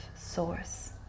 source